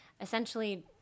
essentially